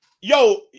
yo